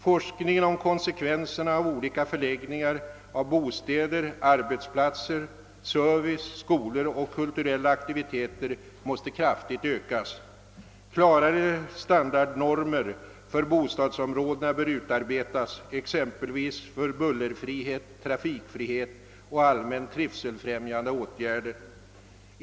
Forskningen och konsekvenserna av olika förläggningar av bostäder och arbetsplatser, service, skolor och kulturella aktiviteter måste kraftigt ökas. Klarare standardnormer för bostadsområdena bör utarbetas, exempelvis för bullerfrihet, trafikfrihet och allmänt trivselfrämjande åtgärder.